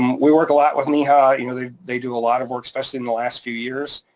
we work a lot with neha, you know they they do a lot of work especially in the last few years,